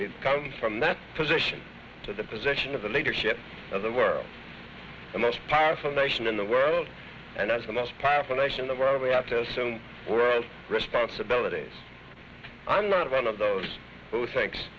it's come from that position to the position of the leadership of the world the most powerful nation in the world and as the most powerful nation of our own we have to assume world responsibilities i'm not a fan of those who thinks